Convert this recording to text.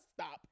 stop